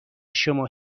شما